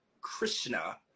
Krishna